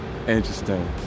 interesting